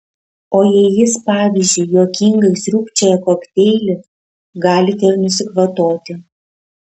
o jei jis pavyzdžiui juokingai sriubčioja kokteilį galite ir nusikvatoti